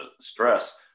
stress